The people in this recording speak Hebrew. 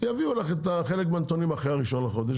יביאו לך את חלק מהנתונים אחרי ה-1 בחודש,